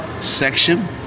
section